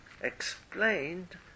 explained